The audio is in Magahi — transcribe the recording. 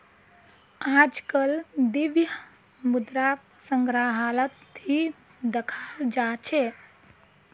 आजकल द्रव्य मुद्राक संग्रहालत ही दखाल जा छे